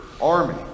army